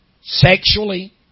sexually